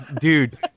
Dude